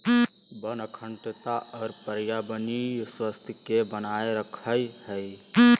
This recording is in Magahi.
वन अखंडता और पर्यावरणीय स्वास्थ्य के बनाए रखैय हइ